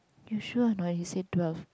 you sure or not you said twelve